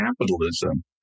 capitalism